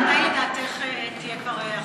מתי לדעתך תהיה כבר החלטה,